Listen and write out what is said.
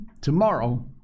tomorrow